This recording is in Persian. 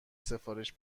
سفارش